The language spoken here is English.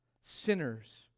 sinners